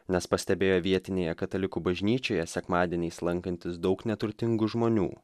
nes pastebėjo vietinėje katalikų bažnyčioje sekmadieniais lankantis daug neturtingų žmonių